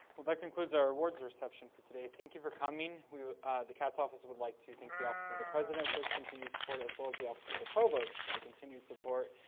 well that concludes our awards reception for today. thank you for coming. the cats office would like to thank the office of the president for his continued support as well as the office of the provost for the continued support.